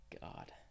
God